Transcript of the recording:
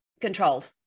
controlled